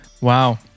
wow